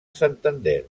santander